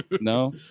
no